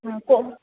ହଁ କେଉଁ